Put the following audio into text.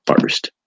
first